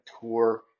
tour